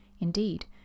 Indeed